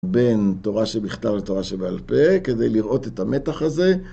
בין תורה שבכתב לתורה שבעל פה, כדי לראות את המתח הזה.